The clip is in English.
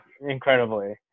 incredibly